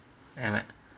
வேணாம்:venaam